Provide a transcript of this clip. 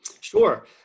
Sure